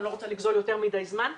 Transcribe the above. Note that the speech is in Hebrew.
אני לא רוצה לגזול מכם יותר מידי זמן.